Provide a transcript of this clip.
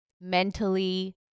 mentally